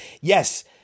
Yes